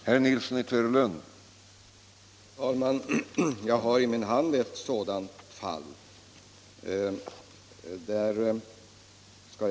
Herr talman! Jag har i min hand en skrivelse som gäller ett sådant fall.